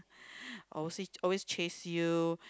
obviously always chase you